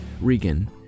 Regan